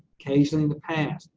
occasionally in the past.